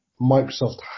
Microsoft